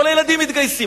וכל הילדים מתגייסים.